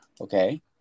Okay